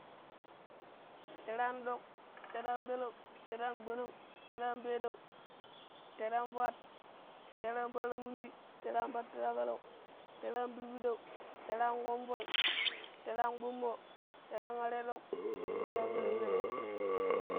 teree an. Doƙ, tere an peleu, tere an gbo̱no̱ng, tere an peedou, tere an fuat tere an para mundi tere an pattira pelau tere an pirbidau tere an ƙonvoi, tere an kpummo tere an aredok tere an arepeleu